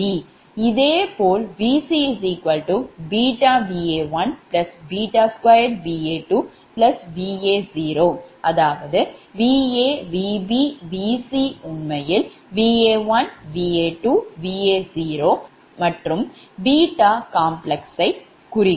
இதேபோல் VcVa12Va2Va0அதாவது Va Vb Vc உண்மையில் Va1 Va2 Va0மற்றும் complex யை குறிக்கும்